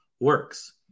works